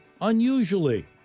unusually